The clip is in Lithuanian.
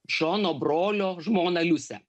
šono brolio žmoną liusią